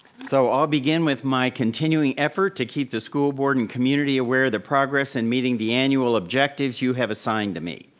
so, i'll begin with my continuing effort to keep the school board and community aware of the progress in meeting the annual objectives you have assigned to me.